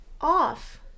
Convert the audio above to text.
off